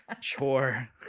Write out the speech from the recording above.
Chore